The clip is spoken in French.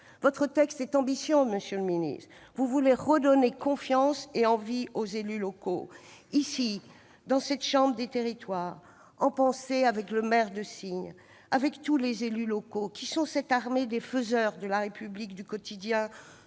Votre texte est ambitieux, monsieur le ministre, vous entendez redonner confiance et envie aux élus locaux. Ici, dans cette chambre des territoires, en pensée avec le maire de Signes et avec tous les élus locaux, cette armée des faiseurs de la République du quotidien,